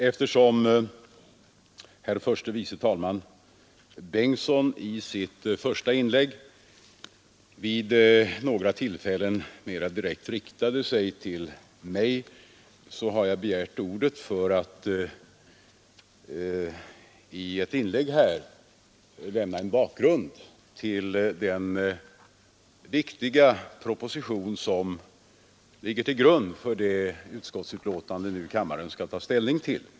Eftersom herr förste vice talmannen Bengtson i sitt första inlägg vid några tillfällen mera direkt riktade sig till mig har jag begärt ordet för att i ett inlägg lämna en bakgrund till den viktiga proposition som ligger till grund för det utskottsbetänkande som kammaren nu skall ta ställning till.